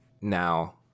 now